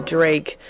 Drake